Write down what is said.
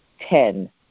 ten